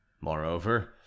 Moreover